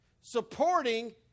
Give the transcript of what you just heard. supporting